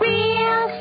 Real